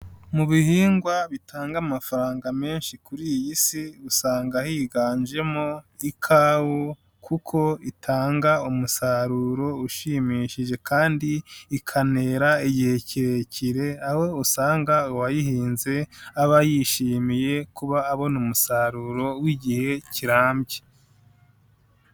Mu bihingwa bitanga amafaranga menshi kuri iyi si, usanga higanjemo ikawa, kuko itanga umusaruro ushimishije kandi ikanera igihe kirekire, aho usanga uwayihinze aba yishimiye kuba abona umusaruro w'igihe kirambye.